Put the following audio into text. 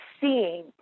seeing